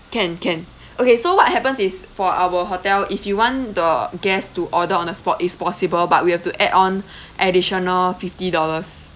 can can okay so what happens is for our hotel if you want the guests to order on the spot it's possible but we have to add on additional fifty dollars